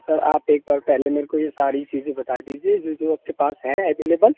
sir आप एक बार पहले मेरको यह सारी चीज़ें बता दीजिए जो जो आपके पास हैं एवेलेबल